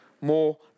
more